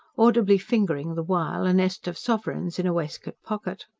audibly fingering the while a nest of sovereigns in a waistcoat pocket.